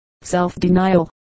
self-denial